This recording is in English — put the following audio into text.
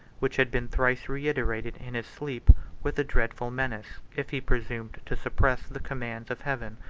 which had been thrice reiterated in his sleep with a dreadful menace, if he presumed to suppress the commands of heaven.